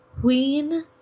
Queen